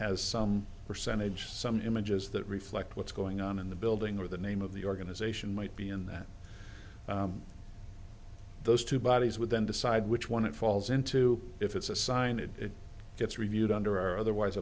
has some percentage some images that reflect what's going on in the building or the name of the organization might be in that those two bodies would then decide which one it falls into if it's a sign it gets reviewed under or otherwise